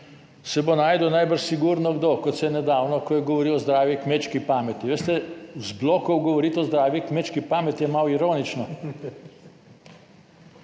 se bo našel najbrž sigurno kdo, kot se je nedavno, ko je govoril o zdravi kmečki pameti. Veste, iz blokov govoriti o zdravi kmečki pameti je malo ironično.